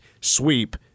sweep